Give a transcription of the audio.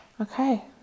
Okay